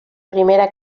primera